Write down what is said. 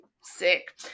sick